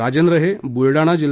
राजेंद्र हे बुलढाणा जि